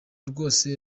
rwose